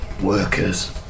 workers